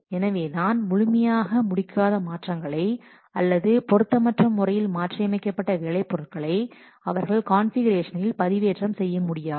எனவேதான் முழுமையாக முடிக்காத மாற்றங்களை அல்லது பொருத்தமற்ற முறையில் மாற்றியமைக்கப்பட்ட வேலை பொருட்களை அவர்கள் கான்ஃபிகுரேஷனில் பதிவேற்றம் செய்ய முடியாது